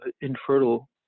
infertile